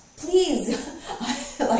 Please